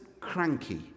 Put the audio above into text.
cranky